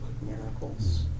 miracles